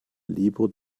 lieber